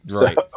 Right